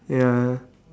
ya